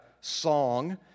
song